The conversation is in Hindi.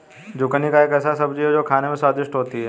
जुकिनी एक ऐसी सब्जी है जो खाने में स्वादिष्ट होती है